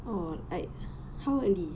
oh like how early